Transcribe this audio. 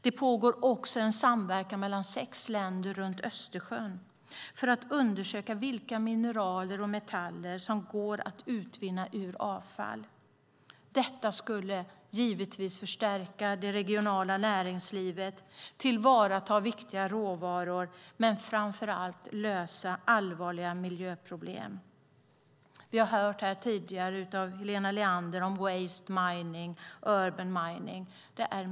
Det finns även en samverkan mellan sex Östersjöländer för att undersöka vilka mineraler och metaller som går att utvinna ur avfall. Detta skulle givetvis förstärka det regionala näringslivet, göra att man tillvaratar viktiga råvaror men framför allt lösa allvarliga miljöproblem. Vi har hört här tidigare från Helena Leander om waste mining och urban mining.